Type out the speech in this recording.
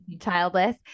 childless